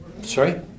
Sorry